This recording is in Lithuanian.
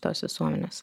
tos visuomenės